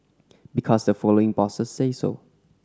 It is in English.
because the following bosses say so